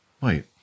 wait